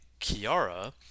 Kiara